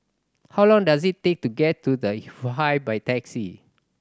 how long does it take to get to The Hive by taxi